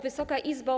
Wysoka Izbo!